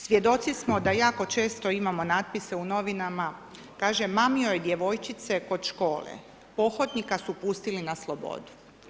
Svjedoci smo da jako često imamo natpise u novinama, kaže mamio je djevojčice kod škole, pohotnika su pustili na slobodu.